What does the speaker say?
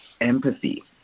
empathy